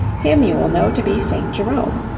him you will know to be st. jerome.